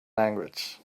language